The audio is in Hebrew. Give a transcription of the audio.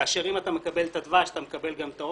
כאשר אם אתה מקבל את הדבש אתה מקבל את העוקץ,